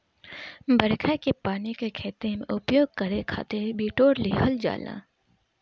बरखा के पानी के खेती में उपयोग करे खातिर बिटोर लिहल जाला